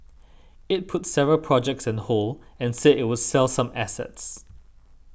it put several projects on hold and said it would sell some assets